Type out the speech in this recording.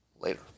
later